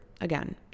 again